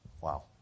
Wow